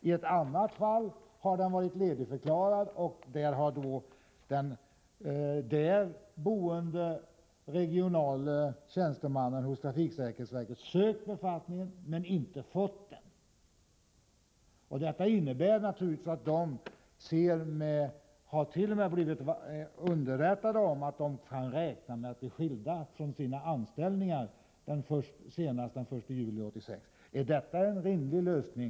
I ett annat fall har tjänsten varit ledigförklarad och den på orten boende regionale tjänstemannen hos trafiksäkerhetsverket har sökt befattningen, men inte fått den. Detta innebär att tjänstemännent.o.m. har blivit underrättade om att de kan räkna med att bli skilda från sina anställningar senast den 1 juli 1986. Anser statsrådet att detta är en rimlig lösning?